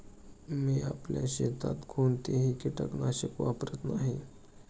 मी आपल्या शेतात कोणतेही कीटकनाशक वापरत नाही